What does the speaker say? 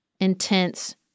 intense